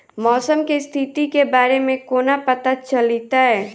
मौसम केँ स्थिति केँ बारे मे कोना पत्ता चलितै?